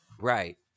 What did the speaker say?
Right